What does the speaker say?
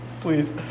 please